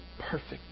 perfect